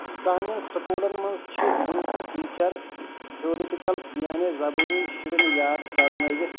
ٰ سانٮ۪ن سکوٗلَن منٛز چھِ وُنہِ تہِ ٹیٖچر تھیٚورٹِکل یعنی زبٲنی شُرٮ۪ن یاد کرنٲوِتھ